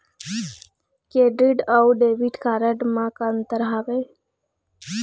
Credit अऊ debit card म का अंतर हावे?